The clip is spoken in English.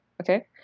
okay